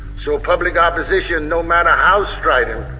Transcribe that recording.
so public opposition, no matter how strident,